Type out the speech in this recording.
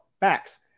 Max